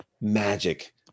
Magic